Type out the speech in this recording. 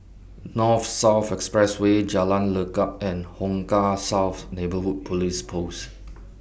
North South Expressway Jalan Lekub and Hong Kah South Neighbourhood Police Post